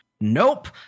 Nope